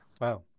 Wow